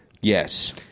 Yes